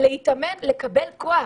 להתאמן ולקבל כוח.